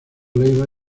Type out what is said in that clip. leiva